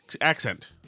accent